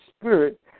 Spirit